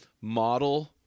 model